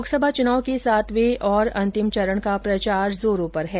लोकसभा चुनाव के सातवें और अंतिम चरण का प्रचार जोरों पर है